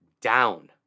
down